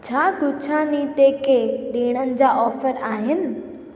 छा गुच्छानी ते के ॾिणनि जा ऑफर आहिनि